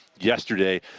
yesterday